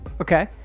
Okay